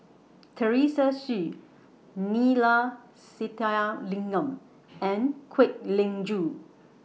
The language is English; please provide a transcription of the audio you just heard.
Teresa Hsu Neila Sathyalingam and Kwek Leng Joo